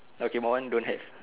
okay my [one] don't have